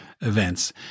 events